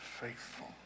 faithful